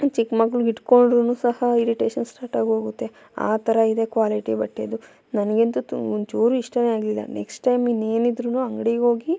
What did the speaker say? ಚಿಕ್ಕ ಮಕ್ಳು ಹಿಡ್ಕೊಂಡ್ರೂ ಸಹ ಇರಿಟೇಷನ್ ಸ್ಟಾರ್ಟಾಗೋಗುತ್ತೆ ಆ ಥರ ಇದೆ ಕ್ವಾಲಿಟಿ ಬಟ್ಟೆದು ನನಗಂತು ಥೂ ಒಂಚೂರು ಇಷ್ಟವೇ ಆಗಲಿಲ್ಲ ನೆಕ್ಷ್ಟ್ ಟೈಮ್ ಇನ್ನೇನಿದ್ದರೂ ಅಂಗಡಿಗೋಗಿ